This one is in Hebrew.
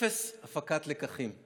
אפס הפקת לקחים.